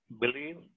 believe